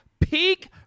peak